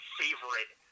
favorite